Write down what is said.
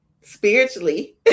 spiritually